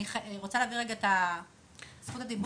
אני רוצה להעביר את רשות הדיבור לאורית יוגב.